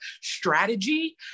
strategy